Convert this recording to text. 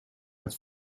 het